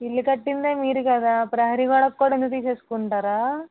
ఇల్లు కట్టిందే మీరు కదా ప్రహరీ గోడక్కూడా అంత తీసేసుకుంటారా